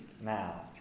now